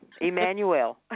Emmanuel